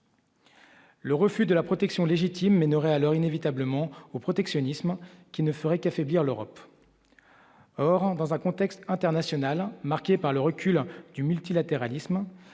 Le refus de la protection légitime mais n'aurait alors inévitablement au protectionnisme qui ne ferait qu'affaiblir l'Europe or dans un contexte international marqué par le recul du multilatéralisme,